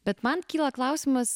bet man kyla klausimas